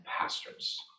pastors